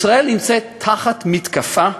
ישראל נמצאת תחת מתקפה,